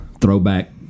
throwback